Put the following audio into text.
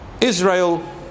Israel